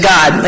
God